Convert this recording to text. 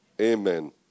Amen